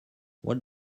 what